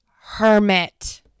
Hermit